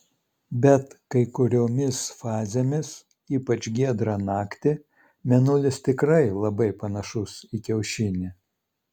bet kai kuriomis fazėmis ypač giedrą naktį mėnulis tikrai labai panašus į kiaušinį